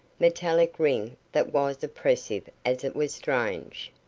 metallic ring that was oppressive as it was strange.